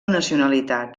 nacionalitat